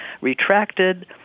retracted